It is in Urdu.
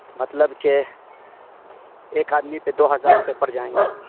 مطلب کہ ایک آدمی پہ دو ہزار روپئے پڑ جائیں گے